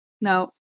No